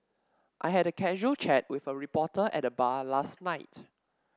I had a casual chat with a reporter at the bar last night